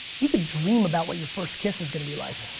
you could dream about what your first kiss is gonna be like,